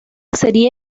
sería